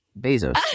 Bezos